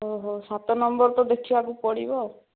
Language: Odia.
ଓହୋ ସାତ ନମ୍ବର ତ ଦେଖିବାକୁ ପଡ଼ିବ